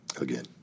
Again